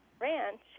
ranch